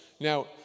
Now